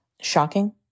shocking